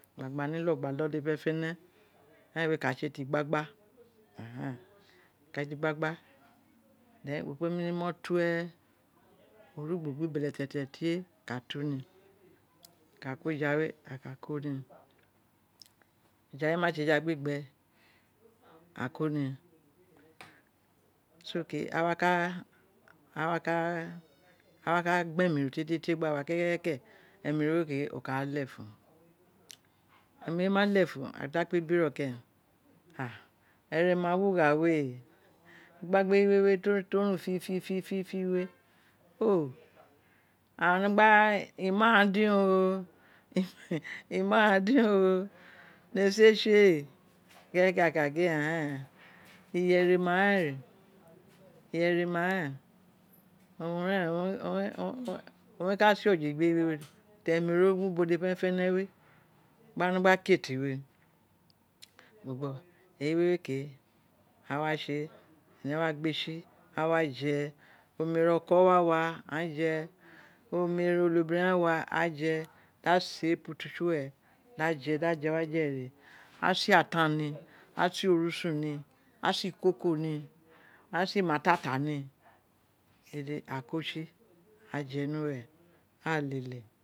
Who na mani lo gba lo dede fene fene eran iwe ka tse ti igbigi ka tse ti igbagba the wo kpe mini imo te origbo biri beletete tre wo ka tu mu ni a ka ko eja we a ka ko ni eja we wa tse eja kpi gbe aghan komi so ke a wa ka awa ka awa ka gbe leml no tietietie gba wo kekeke ani we ke a ka a le lefun ani we una lefina a ka kpa bueno keren ere ma wo gha we igbagba eyi we ti o mu tiritiri we aghan no gba imon aghan din o imon aghan di o nesin re tse kekeke a ka gin iye ere ma ren owun ren owun re ka se oje egba yiwe we ti eni no wu bo dede fene fene gba kete we eyi we we ke awa tse ene wa gbetsi ene wa fe omere oko wa aghan wa je owere oko wa aghan je da se putu tsi iwere da je wa je re di a se atan ni da se aorusun ni ase ikoko ni a se imatata ni dede a ko tsi a je ni uwere aa lele.